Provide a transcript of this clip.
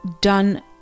done